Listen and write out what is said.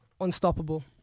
unstoppable